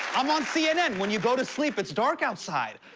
i'm on cnn. when you go to sleep, it's dark outside,